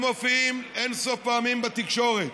הם מופיעים אין-סוף פעמים בתקשורת.